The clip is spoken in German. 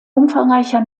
umfangreicher